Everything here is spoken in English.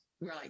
Right